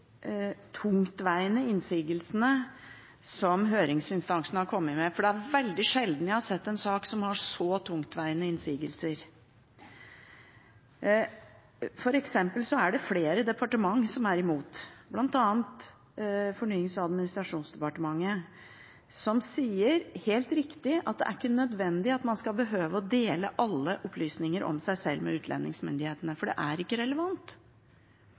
tungtveiende innsigelsene som høringsinstansene har kommet med, for det er veldig sjelden jeg har sett en sak som har så tungtveiende innsigelser. For eksempel er flere departementer imot, bl.a. Fornyings- og administrasjonsdepartementet, som sier – helt riktig – at man ikke skal behøve å dele alle opplysninger om seg sjøl med utlendingsmyndighetene, for det er ikke relevant.